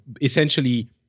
essentially